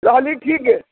रहली ठीके